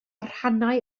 rhannau